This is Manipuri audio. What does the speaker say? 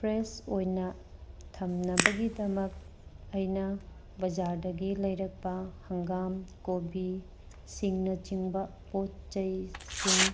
ꯐ꯭ꯔꯦꯁ ꯑꯣꯏꯅ ꯊꯝꯅꯕꯒꯤꯗꯃꯛ ꯑꯩꯅ ꯕꯖꯥꯔꯗꯒꯤ ꯂꯩꯔꯛꯄ ꯍꯪꯒꯥꯝ ꯀꯣꯕꯤ ꯁꯤꯡꯅ ꯆꯤꯡꯕ ꯄꯣ ꯆꯩ ꯁꯤꯡ